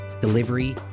delivery